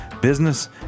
business